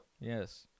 Yes